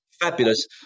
fabulous